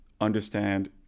understand